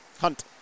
Hunt